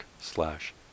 slash